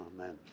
Amen